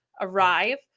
arrive